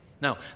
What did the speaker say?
Now